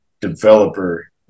developer